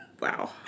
Wow